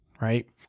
right